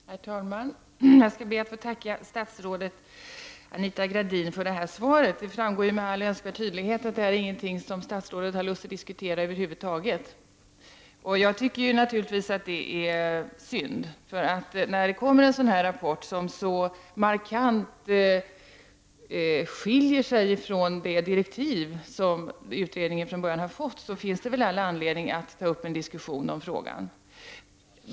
Herr talman! Jag skall be att få tacka statsrådet Anita Gradin för detta svar. Det framgår med all önskvärd tydlighet att detta inte är någonting statsrådet har lust att diskutera över huvud taget. Jag tycker att det är synd. När det kommer en rapport som så markant skiljer sig från de direktiv som utredningen från början har fått finns det all anledning att ta upp en diskussion om frågan.